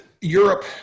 Europe